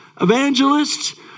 evangelists